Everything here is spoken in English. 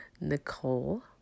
Nicole